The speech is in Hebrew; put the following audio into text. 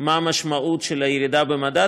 מה המשמעות של הירידה במדד,